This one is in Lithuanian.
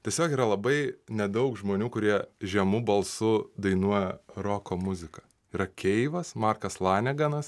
tiesiog yra labai nedaug žmonių kurie žemu balsu dainuoja roko muziką yra keivas markas laneganas